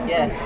Yes